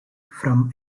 from